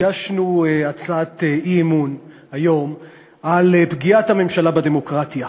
הגשנו הצעת אי-אמון היום על פגיעת הממשלה בדמוקרטיה,